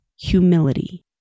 humility